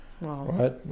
right